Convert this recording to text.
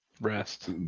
Rest